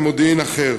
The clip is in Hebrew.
ומודיעין אחר.